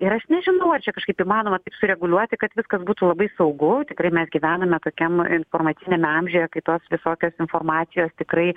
ir aš nežinau ar čia kažkaip įmanoma sureguliuoti kad viskas būtų labai saugu tikrai mes gyvename tokiam informaciniame amžiuje kai tos visokios informacijos tikrai